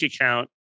account